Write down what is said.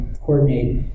coordinate